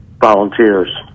volunteers